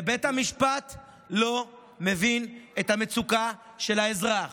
ובית המשפט לא מבין את המצוקה של האזרח.